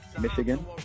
Michigan